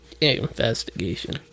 investigation